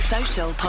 Social